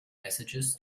messages